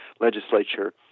legislature